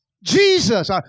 Jesus